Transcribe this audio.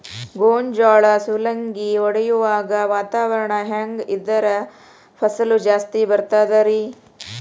ಗೋಂಜಾಳ ಸುಲಂಗಿ ಹೊಡೆಯುವಾಗ ವಾತಾವರಣ ಹೆಂಗ್ ಇದ್ದರ ಫಸಲು ಜಾಸ್ತಿ ಬರತದ ರಿ?